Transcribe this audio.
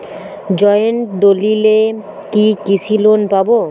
Joint দলিলে কি কৃষি লোন পাব?